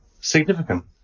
significant